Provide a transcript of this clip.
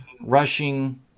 rushing